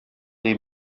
les